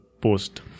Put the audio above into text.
post